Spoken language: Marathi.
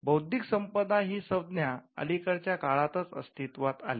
बौद्धिक संपदा ही संज्ञा अलीकडच्या काळातच अस्तित्वात आली